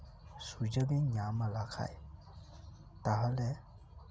ᱥᱩᱡᱳᱜᱽ ᱤᱧ ᱧᱟᱢ ᱞᱮᱠᱷᱟᱡ ᱛᱟᱦᱚᱞᱮ